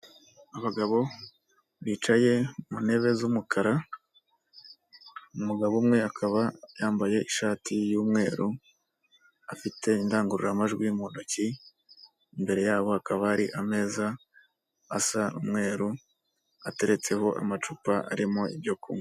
Abagabo bicaye mu ntebe z'umukara, umugabo umwe akaba yambaye ishati y'umweru, afite indangururamajwi mu ntoki, imbere yabo hakaba hari ameza asa umwe, ateretseho amacupa arimo ibyo kunywa.